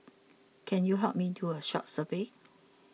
can you help me do a short survey